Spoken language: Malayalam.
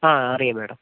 ആ അറിയാം മാഡം